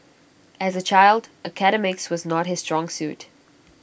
as A child academics was not his strong suit